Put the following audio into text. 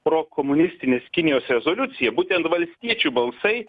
prokomunistinės kinijos rezoliuciją būtent valstiečių balsai